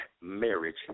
marriage